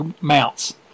mounts